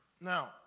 Now